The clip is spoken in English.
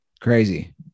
Crazy